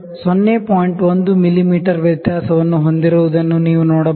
1 ಮಿಮೀ ವ್ಯತ್ಯಾಸವನ್ನು ಹೊಂದಿರುವುದನ್ನು ನೀವು ನೋಡಬಹುದು